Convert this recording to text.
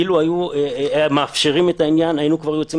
אילו היו מאפשרים את העניין היינו כבר יוצאים